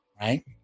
right